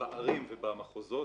בערים ובמחוזות